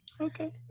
Okay